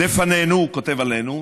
"לפנינו" הוא כותב עלינו,